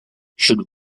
should